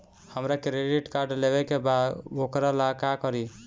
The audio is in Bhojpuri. हमरा क्रेडिट कार्ड लेवे के बा वोकरा ला का करी?